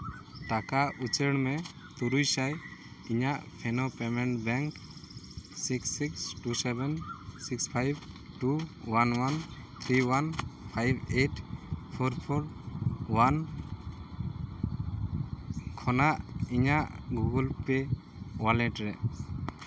ᱴᱟᱠᱟ ᱩᱪᱟᱹᱲ ᱢᱮ ᱛᱩᱨᱩᱭ ᱥᱟᱭ ᱤᱧᱟᱹᱜ phone payment bank six six two seven six five two one one three one five eight four four one ᱠᱷᱚᱱᱟᱜ ᱤᱧᱟᱹᱜ ᱜᱩᱜᱳᱞ ᱯᱮ ᱚᱣᱟᱞᱮᱴ ᱨᱮ